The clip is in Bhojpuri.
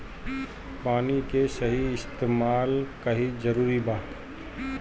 पानी के सही इस्तेमाल कइल जरूरी बा